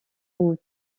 aux